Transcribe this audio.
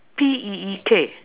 P E E K